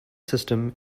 system